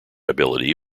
ability